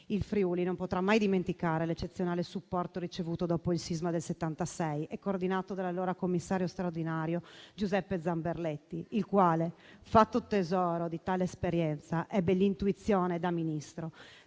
Il Friuli non potrà mai dimenticare l'eccezionale supporto ricevuto dopo il sisma del 1976, coordinato dall'allora commissario straordinario Giuseppe Zamberletti, il quale, fatto tesoro di tale esperienza, ebbe l'intuizione, da Ministro,